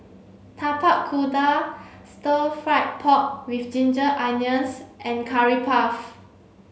Tapak Kuda stir fried pork with ginger onions and curry puff